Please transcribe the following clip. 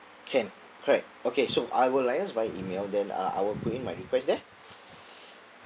can correct okay so I will liaise via email then uh I will put in my request there